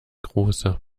große